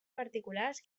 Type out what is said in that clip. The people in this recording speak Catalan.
particulars